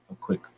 quick